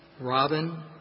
Robin